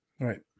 Right